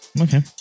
Okay